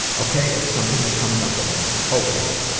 okay, it's something that comes up a lot okay,